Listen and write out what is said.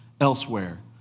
elsewhere